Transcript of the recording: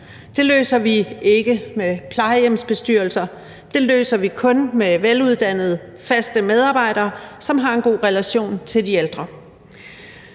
Det løser vi ikke med plejehjemsbestyrelser. Det løser vi kun med veluddannede faste medarbejdere, som har en god relation til de ældre.